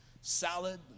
salad